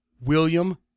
William